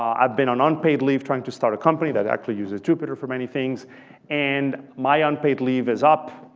um i've been on unpaid leave trying to start a company that actually uses jupyter for many things and my unpaid leave is up.